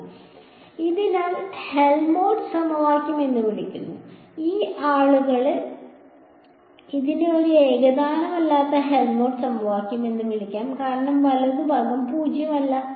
അതിനാൽ ഇതിനെ Helmholtz സമവാക്യം എന്ന് വിളിക്കുന്നു ചില ആളുകൾ ഇതിനെ ഒരു ഏകതാനമല്ലാത്ത Helmholtz സമവാക്യം എന്ന് വിളിക്കാം കാരണം വലതുഭാഗം പൂജ്യമല്ല